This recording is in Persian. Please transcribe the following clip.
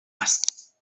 است